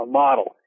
model